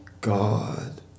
God